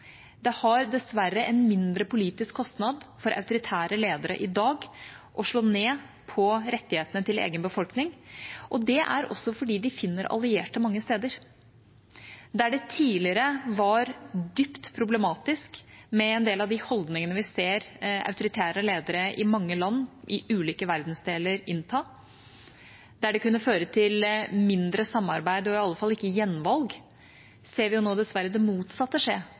Det har dessverre en mindre politisk kostnad for autoritære ledere i dag å slå ned på rettighetene til egen befolkning. Det er også fordi de finner allierte mange steder. Der det tidligere var dypt problematisk med en del av de holdningene vi ser autoritære ledere i mange land i ulike verdensdeler innta, der det kunne føre til mindre samarbeid og i alle fall ikke til gjenvalg, ser vi nå dessverre det motsatte skje